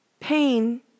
pain